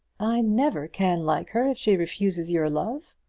i never can like her if she refuses your love.